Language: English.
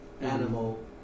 animal